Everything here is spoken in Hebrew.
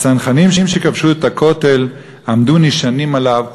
הצנחנים שכבשו את הכותל עמדו נשענים עליו ובכו",